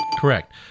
Correct